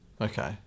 Okay